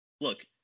Look